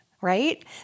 right